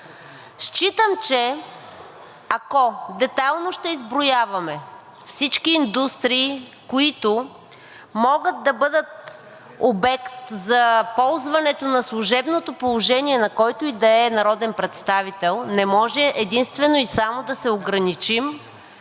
считам, че ако детайлно ще изброяваме всички индустрии, които могат да бъдат обект за ползването на служебното положение на който и да е народен представител, не може единствено и само да се ограничим